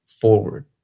forward